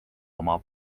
oma